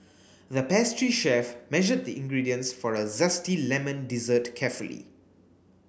the pastry chef measured the ingredients for a zesty lemon dessert carefully